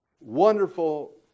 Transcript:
wonderful